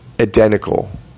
identical